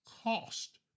cost